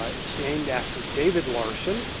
ah it's named after david larson,